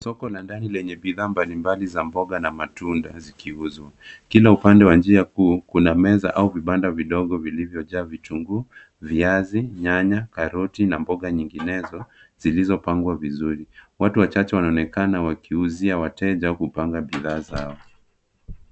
Soko la ndani lenye bidhaa mbalimbali za mboga na matunda zikiuzwa. Kila upande wa njia kuu kuna meza au vibanda vidogo vilivyojaa vitunguu, viazi, nyanya, karoti na mboga nyinginezo zilizopangwa vizuri. Watu wachache wanaonekana wakiuzia wateja au kupanga bidhaa zao.